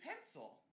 pencil